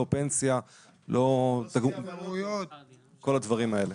לא פנסיה וכל הדברים האלה.